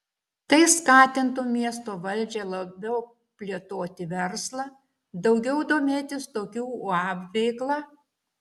tai skatintų miesto valdžią labiau plėtoti verslą daugiau domėtis tokių uab veikla